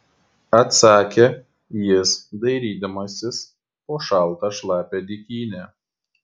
atsakė jis dairydamasis po šaltą šlapią dykynę